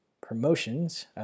promotions